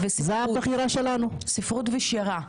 ספרות ושירה.